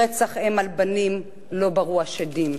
רצח אם על בנים לא בראו השדים.